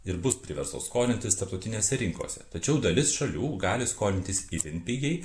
ir bus priverstos skolintis tarptautinėse rinkose tačiau dalis šalių gali skolintis itin pigiai